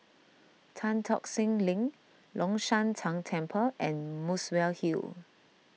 Tan Tock Seng Link Long Shan Tang Temple and Muswell Hill